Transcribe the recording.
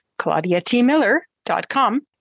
ClaudiaTMiller.com